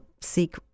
seek